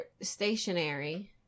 stationary